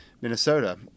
Minnesota